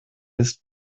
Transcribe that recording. ist